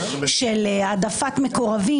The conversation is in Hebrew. של העדפת מקורבים,